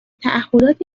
تعهدات